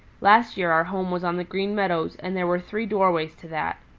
last year our home was on the green meadows and there were three doorways to that.